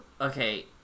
okay